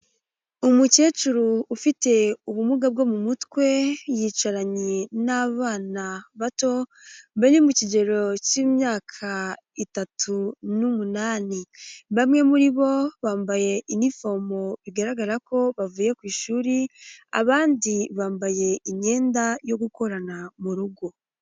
Umukecuru ufite ubumuga bwo mu mutwe, yicaranye n'abana bato bari mu kigero cy'imyaka itatu n'umunani, bamwe muri bo bambaye inifomo bigaragara ko bavuye ku ishuri, abandi bambaye imyenda yo gukorana mu rugo.